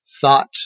thought